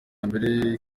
mbere